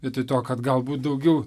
vietoj to kad galbūt daugiau